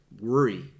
worry